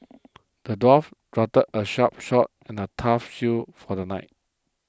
the dwarf a sharp sword and a tough shield for the knight